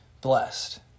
blessed